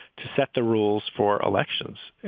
to set the rules for elections,